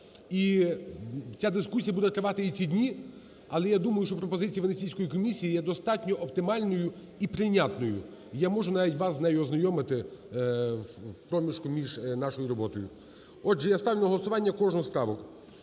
І ця дискусія буде тривати і ці дні, але я думаю, що пропозиція Венеційської комісії є достатньо оптимальною і прийнятною. І я можу навіть вас з нею ознайомити в проміжку між нашою роботою. Отже, я ставлю на голосування кожну з правок.